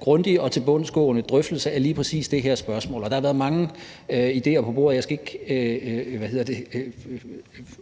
grundig og tilbundsgående drøftelse af lige præcis det her spørgsmål, og der har været mange idéer på bordet, og jeg skal ikke fortælle om dem